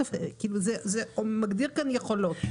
זה מגדיר כאן יכולות.